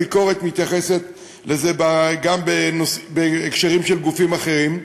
הביקורת מתייחסת לזה גם בהקשרים של גופים אחרים,